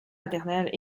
maternelles